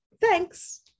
Thanks